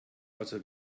also